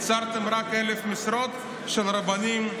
יצרתם רק 1,000 משרות של רבנים,